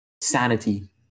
sanity